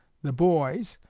the boys,